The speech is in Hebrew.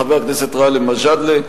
חבר הכנסת גאלב מג'אדלה,